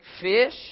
fish